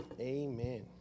Amen